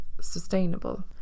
sustainable